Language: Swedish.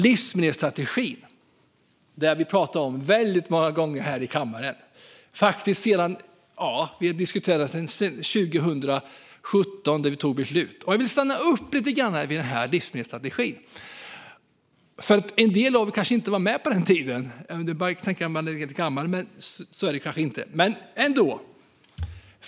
Livsmedelsstrategin har vi pratat om väldigt många gånger här i kammaren, faktiskt sedan 2017 då vi tog beslutet. Jag vill stanna upp lite grann vid livsmedelsstrategin. En del av er kanske inte var med på den tiden - jag tänker att jag börjar bli lite gammal; så är det kanske inte, men ändå.